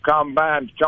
combines